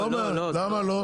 לא לא,